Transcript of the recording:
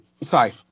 sorry